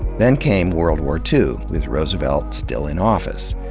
then came world world two, with roosevelt still in office.